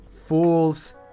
fool's